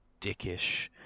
dickish